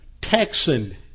Texan